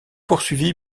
poursuivi